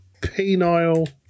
penile